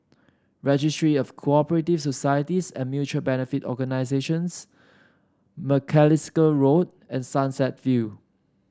Registry of Co operative Societies and Mutual Benefit Organisations Macalister Road and Sunset View